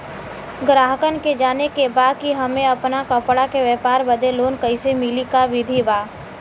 गराहक के जाने के बा कि हमे अपना कपड़ा के व्यापार बदे लोन कैसे मिली का विधि बा?